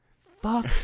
fuck